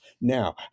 Now